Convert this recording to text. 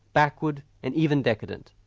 backward, and even decadent.